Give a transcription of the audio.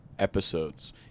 Episodes